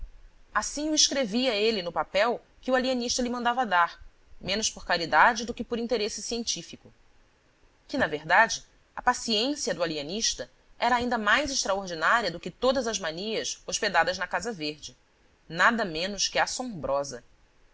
assim o escrevia ele no papel que o alienista lhe mandava dar menos por caridade do que por interesse científico que na verdade a paciência do alienista era ainda mais extraordinária do que todas as manias hospedadas na casa verde nada menos que assombrosa